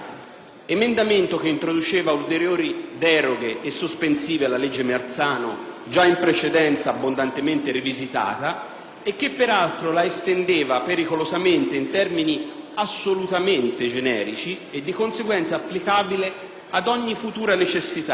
emendamento che introduceva ulteriori deroghe e sospensive alla legge Marzano già in precedenza abbondantemente rivisitata e che peraltro la estendeva pericolosamente, in termini assolutamente generici, e di conseguenza applicabile ad ogni futura necessità,